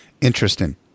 Interesting